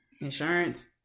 Insurance